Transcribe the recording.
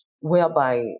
whereby